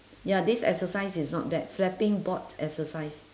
ya this exercise is not bad flapping bot exercise